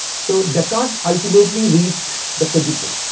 so, descartes ultimately reached the cogito,